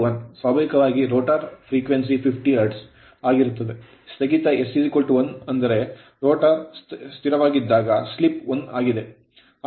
ಸ್ವಾಭಾವಿಕವಾಗಿ rotor current frequency rotor current frequency 50 hetrz hertz ಆಗಿರುತ್ತದೆ ಸ್ಥಗಿತ s1 ಅಂದರೆ ರೋಟರ್ ಸ್ಥಿರವಾಗಿದ್ದಾಗ ಸ್ಲಿಪ್ 1 ಆಗಿದೆ